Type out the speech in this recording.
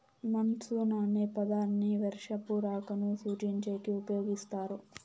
monsoon అనే పదాన్ని వర్షపు రాకను సూచించేకి ఉపయోగిస్తారు